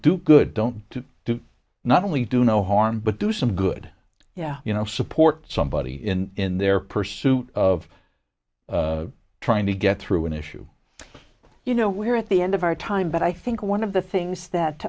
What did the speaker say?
do good don't do not only do no harm but do some good yeah you know support somebody in in their pursuit of trying to get through an issue you know we're at the end of our time but i think one of the things that